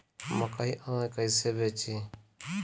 मकई आनलाइन कइसे बेची?